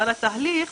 אבל התהליך,